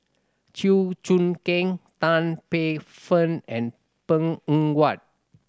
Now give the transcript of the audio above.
Chew Choo Keng Tan Paey Fern and Png Eng Huat